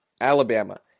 Alabama